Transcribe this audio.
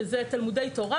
שאלו תלמודי תורה,